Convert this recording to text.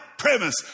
premise